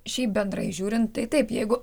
šį bendrai žiūrint tai taip jeigu